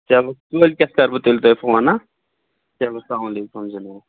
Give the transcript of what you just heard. چلو کٲلۍ کٮ۪تھ کَرٕ بہٕ تیٚلہِ تۄہہِ فون ہا چلو سلامُ علیکُم جناب